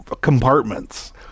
compartments